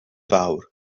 fawr